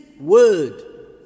word